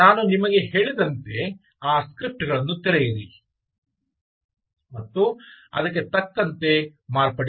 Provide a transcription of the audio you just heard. ನಾನು ನಿಮಗೆ ಹೇಳಿದಂತೆ ಆ ಸ್ಕ್ರಿಪ್ಟ್ ಗಳನ್ನು ತೆರೆಯಿರಿ ಮತ್ತು ಅದಕ್ಕೆ ತಕ್ಕಂತೆ ಮಾರ್ಪಡಿಸಿ